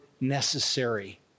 necessary